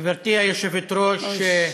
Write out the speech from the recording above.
גברתי היושבת-ראש,